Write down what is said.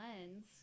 lens